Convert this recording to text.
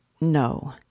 No